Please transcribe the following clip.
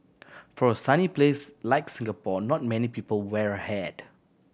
for a sunny place like Singapore not many people wear a hat